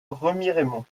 remiremont